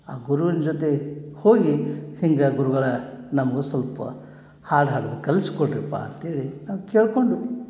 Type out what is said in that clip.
ಆ ಗುರುವಿನ ಜೊತೆ ಹೋಗಿ ಹಿಂಗೆ ಗುರುಗಳ ನಮಗೂ ಸ್ವಲ್ಪ ಹಾಡು ಹಾಡದು ಕಲ್ಸ್ಕೊಡ್ರ್ಯಪ್ಪ ಅಂತ್ಹೇಳಿ ನಾವು ಕೇಳ್ಕೊಂಡ್ವು